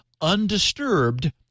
undisturbed